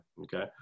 Okay